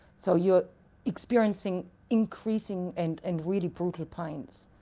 so you're experiencing increasing and and really brutal pains.